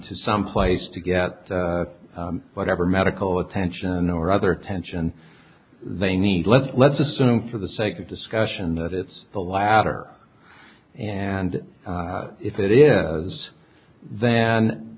to some place to get whatever medical attention or other attention they need let's let's assume for the sake of discussion that it's the latter and if it is then